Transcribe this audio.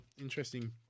interesting